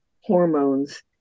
hormones